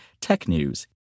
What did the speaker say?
TECHNEWS